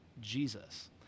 Jesus